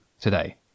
today